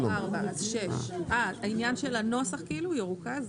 לא 4. אז 6. אה, העניין של הנוסח כאילו ירוכז?